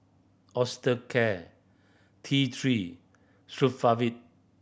Osteocare T Three Sofarvit